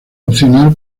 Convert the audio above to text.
opcional